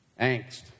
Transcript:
Angst